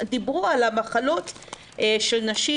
דיברו על המחלות של נשים,